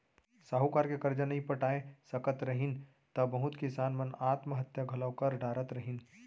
साहूकार के करजा नइ पटाय सकत रहिन त बहुत किसान मन आत्म हत्या घलौ कर डारत रहिन